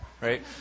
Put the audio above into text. right